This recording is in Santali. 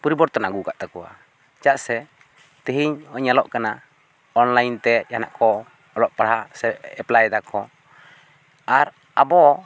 ᱯᱚᱨᱤᱵᱚᱨᱛᱚᱱ ᱟᱹᱜᱩᱣ ᱠᱟᱫ ᱛᱟᱠᱚᱣᱟ ᱪᱟᱜ ᱥᱮ ᱛᱤᱦᱤᱧ ᱦᱚᱸᱜᱼᱚᱭ ᱧᱮᱞᱚᱜ ᱠᱟᱱᱟ ᱚᱱᱞᱟᱭᱤᱱ ᱛᱮ ᱡᱟᱦᱟᱱᱟᱜ ᱠᱚ ᱚᱞᱚᱜ ᱯᱟᱲᱦᱟᱜ ᱥᱮ ᱮᱯᱞᱟᱭ ᱮᱫᱟᱠᱚ ᱟᱨ ᱟᱵᱚ